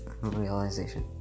realization